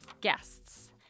guests